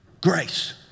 grace